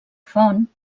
font